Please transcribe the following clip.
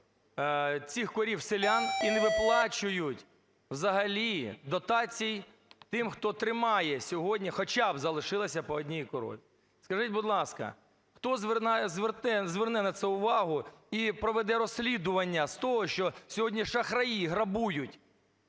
цих корів селян і не виплачують взагалі дотацій тим, хто тримає сьогодні, хоча б залишилося по одній корові. Скажіть, будь ласка, хто зверне на це увагу і проведе розслідування з того, що сьогодні шахраї грабують